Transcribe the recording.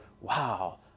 wow